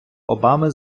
обами